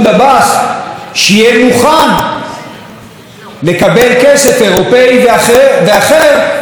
שיהיה מוכן לקבל כסף אירופי ואחר בשביל לשפר את,